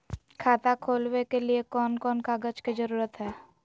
खाता खोलवे के लिए कौन कौन कागज के जरूरत है?